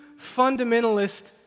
fundamentalist